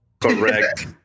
Correct